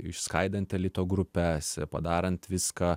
išskaidant elito grupes padarant viską